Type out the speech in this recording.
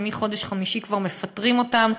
שמחודש חמישי כבר מפטרים אותן.